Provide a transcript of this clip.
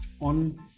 on